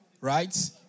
right